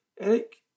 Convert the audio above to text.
Eric